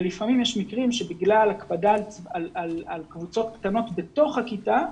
לפעמים יש מקרים שבגלל הקפדה על קבוצות קטנת בתוך הכיתה,